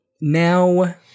now